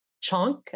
chunk